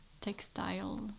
textile